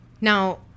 Now